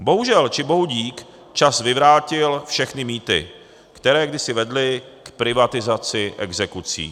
Bohužel, či bohudík čas vyvrátil všechny mýty, které kdysi vedly k privatizaci exekucí.